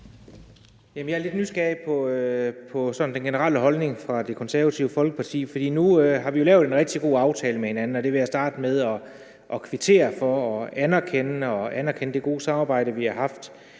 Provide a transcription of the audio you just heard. Jeg er lidt nysgerrig på sådan den generelle holdning fra Det Konservative Folkeparti, for nu har vi jo lavet en rigtig god aftale med hinanden, og jeg vil starte med at kvittere for det, anerkende det og anerkende det gode samarbejde, vi har haft.